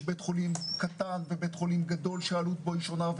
בית חולים קטן ובית חולים גדול שהעלות בו היא שונה,